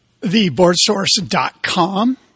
Theboardsource.com